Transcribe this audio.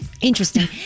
Interesting